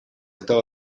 estaba